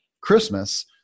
Christmas